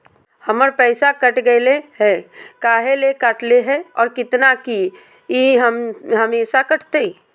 हमर पैसा कट गेलै हैं, काहे ले काटले है और कितना, की ई हमेसा कटतय?